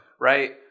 right